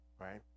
right